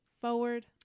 Forward